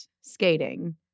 skating